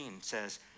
says